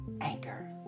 anchor